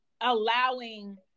allowing